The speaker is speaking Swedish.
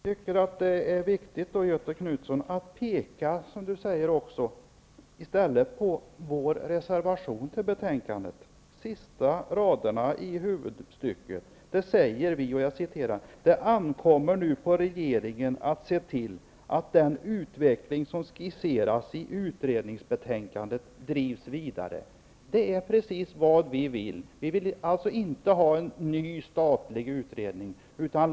Herr talman! Det är viktigt att peka på vad som sägs i vår reservation till betänkandet, vilket Göthe Knutson också nämner. I de sista raderna i huvudstycket står: ''Det ankommer nu på regeringen att se till att den utveckling som skisseras i utredningsbetänkandet drivs vidare.'' Det är precis vad vi vill. Vi vill alltså inte ha en ny statlig utredning.